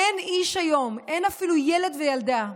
אין איש היום, אין אפילו ילד וילדה,